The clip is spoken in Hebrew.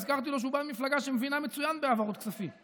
הזכרתי לו שהוא בא ממפלגה שמבינה מצוין בהעברות כספים.